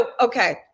okay